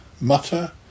mutter